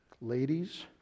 ladies